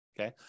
okay